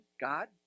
God